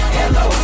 Hello